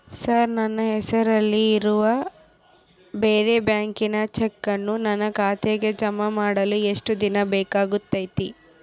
Sir ನನ್ನ ಹೆಸರಲ್ಲಿ ಇರುವ ಬೇರೆ ಬ್ಯಾಂಕಿನ ಚೆಕ್ಕನ್ನು ನನ್ನ ಖಾತೆಗೆ ಜಮಾ ಮಾಡಲು ಎಷ್ಟು ದಿನ ಬೇಕಾಗುತೈತಿ?